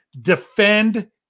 Defend